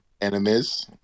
enemies